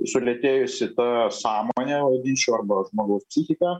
sulėtėjusi ta sąmonė nevadinčiau arba žmogaus psichika